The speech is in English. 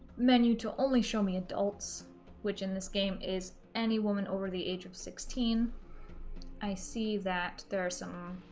menu to only show me adults which in this game is any woman over the age of sixteen i see that there are some